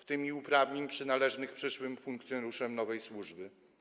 a także uprawnień przynależnych przyszłym funkcjonariuszom nowej służby.